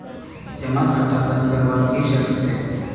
जमा खाता बन करवार की शर्त छे?